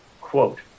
quote